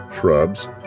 shrubs